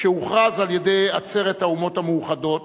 שהוכרז על-ידי עצרת האומות המאוחדות,